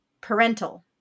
parental